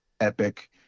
epic